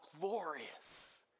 glorious